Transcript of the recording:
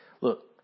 look